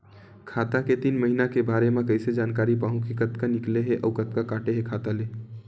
खाता के तीन महिना के बारे मा कइसे जानकारी पाहूं कि कतका निकले हे अउ कतका काटे हे खाता ले?